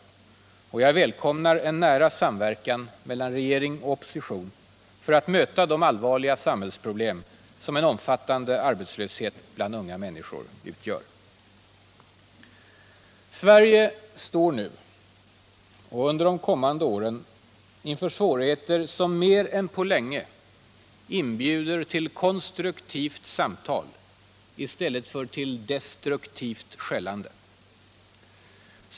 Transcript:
Och jag välkomnar en nära samverkan mellan regering och opposition för att möta det allvarliga samhällsproblem som en omfattande arbetslöshet bland unga människor utgör. Sverige står nu och under de kommande åren inför svårigheter som mer än på länge inbjuder till konstruktivt samtal i stället för till destruktivt skällande.